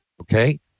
Okay